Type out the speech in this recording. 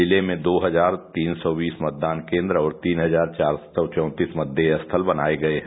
जिले में दो हजार तीन सौ बीस मतदान केन्द्र और तीन हजार चार सौ चौतीस मतदेय स्थल बनाए गये हैं